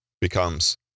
Becomes